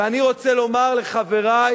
ואני רוצה לומר לחברי,